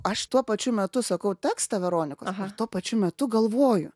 aš tuo pačiu metu sakau tekstą veronikos ir tuo pačiu metu galvoju